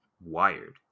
wired